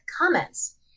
comments